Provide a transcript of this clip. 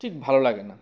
ঠিক ভালো লাগে না